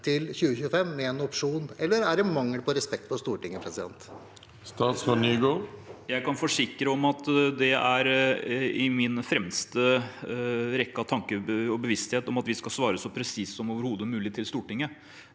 til 2025 med en opsjon? Eller er det mangel på respekt for Stortinget? Statsråd Jon-Ivar Nygård Jeg kan forsik- re om at det er i min fremste rekke av tanker og bevissthet at vi skal svare så presist som overhodet mulig til Stortinget.